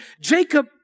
Jacob